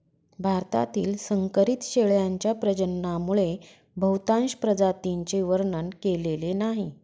भारतातील संकरित शेळ्यांच्या प्रजननामुळे बहुतांश प्रजातींचे वर्णन केलेले नाही